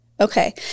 Okay